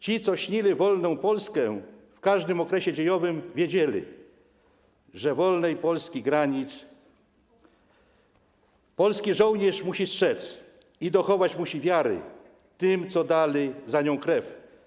Ci, co śnili wolną Polskę - w każdym okresie dziejowym - wiedzieli, że wolnej Polski granic polski żołnierz musi strzec i dochować musi wiary tym, co dali za nią krew.